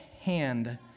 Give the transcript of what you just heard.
hand